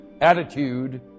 Attitude